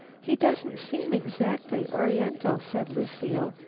he doesn't seem exactly oriental, said lucile,